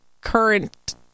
current